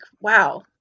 wow